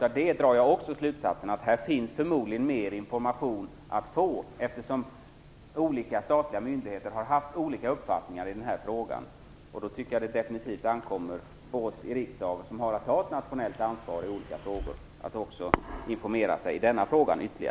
Av det drar jag också slutsatsen att det förmodligen finns mer information att få, eftersom olika statliga myndigheter har haft olika uppfattningar i den här frågan. Jag tycker då att det definitivt ankommer på oss i riksdagen, som har att ta ett nationellt ansvar i olika frågor, att också informera sig ytterligare i denna fråga.